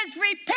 repent